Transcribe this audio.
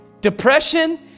depression